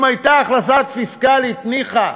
אם הייתה החלטה פיסקלית, ניחא,